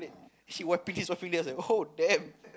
she wiping this wiping then I was like oh damn